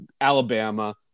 Alabama